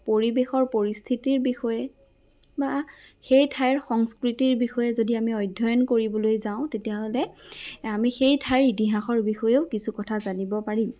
পৰিৱেশৰ পৰিস্থিতিৰ বিষয়ে বা সেই ঠাইৰ সংস্কৃতিৰ বিষয়ে যদি আমি অধ্যয়ন কৰিবলৈ যাওঁ তেতিয়াহ'লে আমি সেই ঠাইৰ ইতিহাসৰ বিষয়েও কিছু কথা জানিব পাৰিম